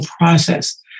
process